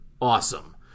awesome